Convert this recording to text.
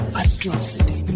atrocity